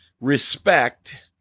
respect